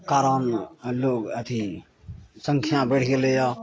कारण लोग अथी सङ्ख्या बढ़ि गेलैए